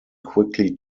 quickly